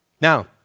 Now